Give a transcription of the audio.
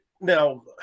Now